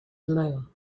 blow